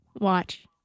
Watch